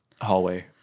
hallway